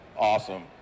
Awesome